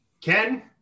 Ken